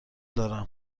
دارم